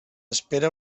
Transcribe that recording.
espera